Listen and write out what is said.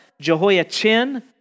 Jehoiachin